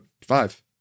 five